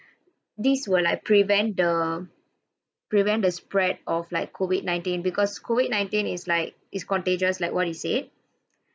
these will like prevent the prevent the spread of like COVID nineteen because COVID nineteen is like is contagious like what he said